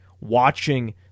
watching